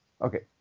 okay